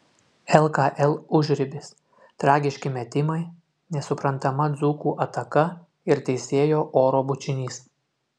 lkl užribis tragiški metimai nesuprantama dzūkų ataka ir teisėjo oro bučinys